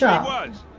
yeah was